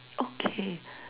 okay